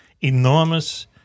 Enormous